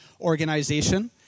organization